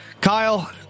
kyle